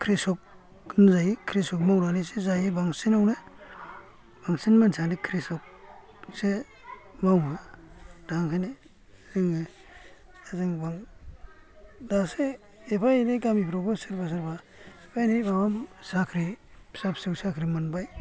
खृसक होनजायो खृसक मावनानै जायो बांसिनानो बांसिन मानसियानो खृसकसो मावो दा ओंखायनो जोङो दासो एफा एनै गामिफ्रावबो सोरबा सोरबा एफा एनै माबा साख्रि फिसा फिसौ साख्रि मोनबाय